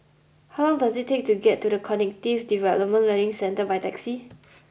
how long does it take to get to The Cognitive Development Learning Centre by taxi